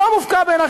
לא מופקע בעיני,